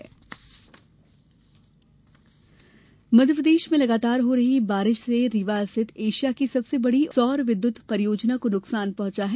रीवा विद्युत परियोजना मध्यप्रदेश में लगातार हो रही बारिश से रीवा स्थित एशिया की सबसे बड़ी सौर विद्युत परियोजना को नुकसान पहुंचा है